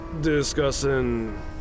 Discussing